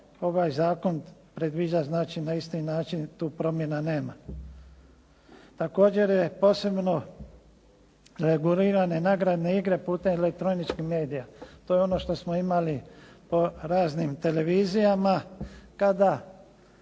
ovaj zakon predviđa znači na isti način. Tu promjena nema. Također je posebno regulirane nagradne igre putem elektroničkih medija. To je ono što smo imali po raznim televizijama